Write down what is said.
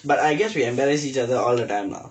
but I guess we embarrass each other all the time lah